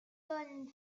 von